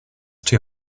too